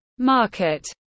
Market